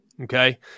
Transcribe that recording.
Okay